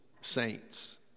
saints